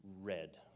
red